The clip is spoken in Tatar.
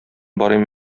барыйм